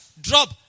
Drop